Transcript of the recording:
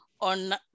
on